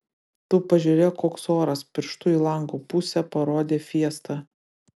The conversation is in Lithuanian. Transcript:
tu pažiūrėk koks oras pirštu į lango pusę parodė fiesta